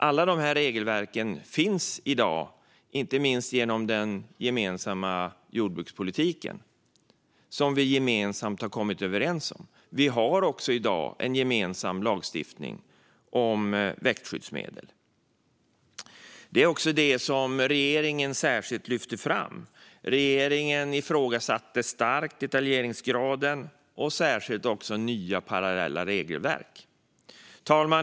Alla de här regelverken finns i dag, inte minst genom den gemensamma jordbrukspolitik som vi kommit överens om. Vi har i dag också en gemensam lagstiftning om växtskyddsmedel. Det var också detta som regeringen särskilt lyfte fram. Regeringen ifrågasatte starkt detaljeringsgraden och särskilt att det kommer nya parallella regelverk. Fru talman!